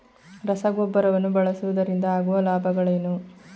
ರಸಗೊಬ್ಬರವನ್ನು ಬಳಸುವುದರಿಂದ ಆಗುವ ಲಾಭಗಳೇನು?